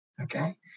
Okay